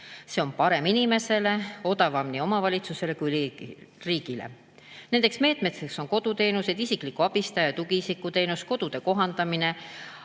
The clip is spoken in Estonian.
See on parem inimesele ja odavam nii omavalitsusele kui riigile. Nendeks meetmeteks on koduteenused, isikliku abistaja ja tugiisiku teenus, kodude kohandamine